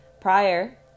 prior